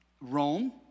Rome